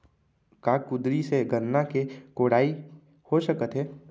का कुदारी से गन्ना के कोड़ाई हो सकत हे?